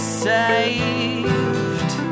saved